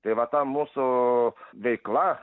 tai va ta mūsų veikla